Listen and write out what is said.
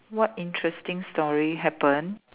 what interesting story happen